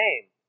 name